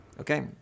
Okay